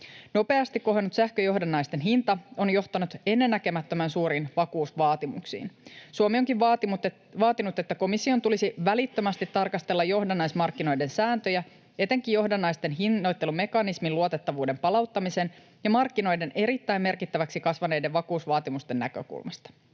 Nopeasti kohonnut sähköjohdannaisten hinta on johtanut ennennäkemättömän suuriin vakuusvaatimuksiin. Suomi onkin vaatinut, että komission tulisi välittömästi tarkastella johdannaismarkkinoiden sääntöjä etenkin johdannaisten hinnoittelumekanismin luotettavuuden palauttamisen ja markkinoiden erittäin merkittäviksi kasvaneiden vakuusvaatimusten näkökulmasta.